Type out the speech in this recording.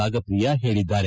ರಾಗಪ್ರಿಯ ಹೇಳಿದ್ದಾರೆ